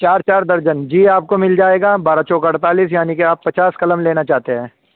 چار چار درجن جی آپ کو مل جائے گا بارہ چوک اڑتالیس یعنی کہ آپ پچاس قلم لینا چاہتے ہیں